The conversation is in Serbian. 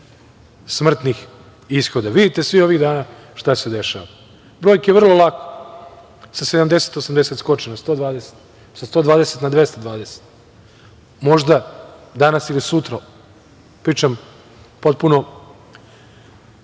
smrtnih ishoda. Vidite svi ovih dana šta se dešava. Brojke vrlo lako sa 70, 80 skoče na 120, sa 120 na 220. Možda danas ili sutra, pričam potpuno